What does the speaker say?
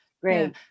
Great